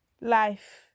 life